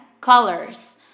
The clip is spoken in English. colors